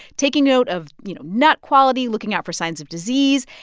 taking note of, you know, nut quality, looking out for signs of disease.